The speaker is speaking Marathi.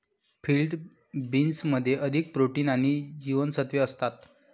फील्ड बीन्समध्ये अधिक प्रोटीन आणि जीवनसत्त्वे असतात